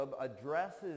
addresses